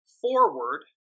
forward